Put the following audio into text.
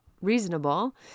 reasonable